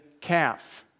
calf